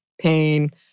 pain